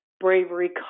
bravery